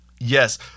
Yes